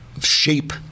shape